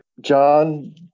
John